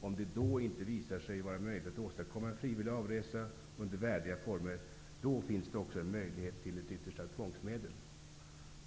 Om det då inte visar sig vara möjligt att åstadkomma en frivillig avresa under värdiga former, finns det också ytterst en möjlighet att använda tvångsmedel.